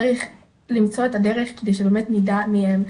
צריך למצוא את הדרך כדי שבאמת נדע מיהם,